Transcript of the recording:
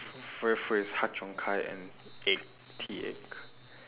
with with har-cheong-gai and egg tea egg